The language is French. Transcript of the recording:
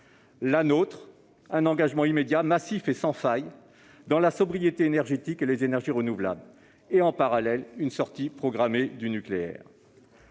La nôtre : un engagement immédiat, massif et sans faille dans la sobriété énergétique et les énergies renouvelables, avec parallèlement une sortie programmée du nucléaire.